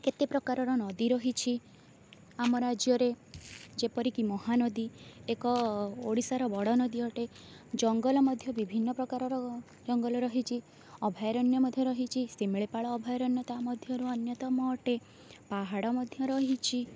କେତେ ପ୍ରକାରର ନଦୀ ରହିଛି ଆମ ରାଜ୍ୟରେ ଯେପରିକି ମହାନଦୀ ଏକ ଓଡ଼ିଶାର ବଡ଼ନଦୀ ଅଟେ ଜଙ୍ଗଲ ମଧ୍ୟ ବିଭିନ୍ନ ପ୍ରକାରର ଜଙ୍ଗଲ ରହିଛି ଅଭୟାରଣ୍ୟ ମଧ୍ୟ ରହିଛି ଶିମିଳିପାଳ ଅଭୟାରଣ୍ୟ ତା ମଧ୍ୟ ରୁ ଅନ୍ୟତମ ଅଟେ ପାହାଡ଼ ମଧ୍ୟ ରହିଛି